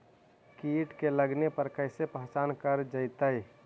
कीट के लगने पर कैसे पहचान कर जयतय?